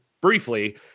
Briefly